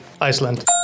Iceland